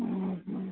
ଉଁ ହୁଁ